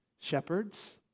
shepherds